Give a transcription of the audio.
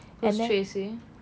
who's tracy